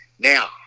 Now